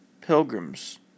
pilgrims